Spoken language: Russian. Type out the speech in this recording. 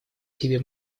себе